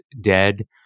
dead